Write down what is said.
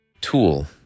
Tool